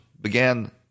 began